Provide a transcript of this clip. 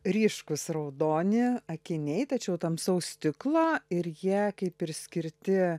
ryškūs raudoni akiniai tačiau tamsaus stiklo ir jie kaip ir skirti